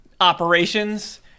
operations